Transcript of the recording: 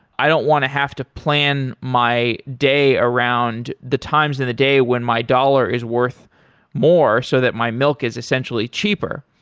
i don't want to have to plan my day around the times in of the day when my dollar is worth more so that my milk is essentially cheaper.